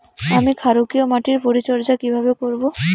আমি ক্ষারকীয় মাটির পরিচর্যা কিভাবে করব?